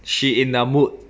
she in the mood